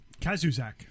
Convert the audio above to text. Kazuzak